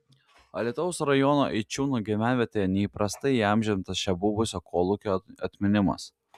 alytaus rajono eičiūnų gyvenvietėje neįprastai įamžintas čia buvusio kolūkio atminimas